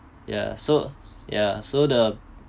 ya so ya so the